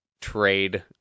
trade